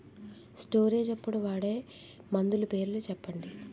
Storage అప్పుడు వాడే మందులు పేర్లు చెప్పండీ?